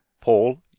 Paul